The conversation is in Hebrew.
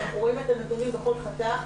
אנחנו רואים את הנתונים בכל חתך,